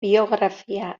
biografia